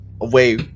away